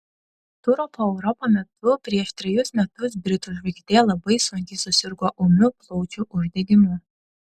turo po europą metu prieš trejus metus britų žvaigždė labai sunkiai susirgo ūmiu plaučių uždegimu